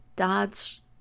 Dodge